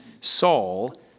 Saul